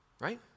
Right